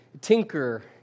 tinker